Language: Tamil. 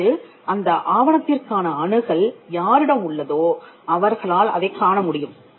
அப்போது அந்த ஆவணத்திற்கான அணுகல் யாரிடம் உள்ளதோ அவர்களால் அதைக் காண முடியும்